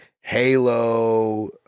Halo